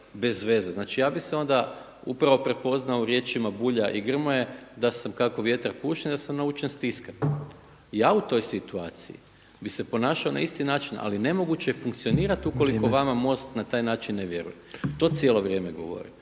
bez veze. Znači, ja bih se onda upravo prepoznao u riječima Bulja i Grmoje da sam kako vjetar puše da sam naučen stiskati. Ja u toj situaciji bi se ponašao na isti način, ali nemoguće je funkcionirati ukoliko vama Most na taj način ne vjeruje. To cijelo vrijeme govorim.